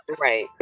Right